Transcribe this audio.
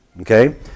Okay